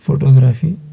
photography